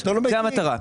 זו המטרה.